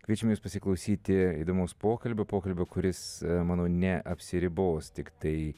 kviečiame jus pasiklausyti įdomaus pokalbio pokalbio kuris manau neapsiribos tiktai